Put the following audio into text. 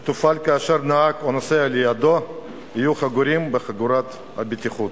שתופעל כאשר הנהג או הנוסע לידו אינם חגורים בחגורת הבטיחות.